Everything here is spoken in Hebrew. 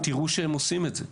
צריכים לראות שאכן עושים את זה.